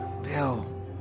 Bill